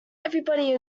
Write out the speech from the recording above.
everybody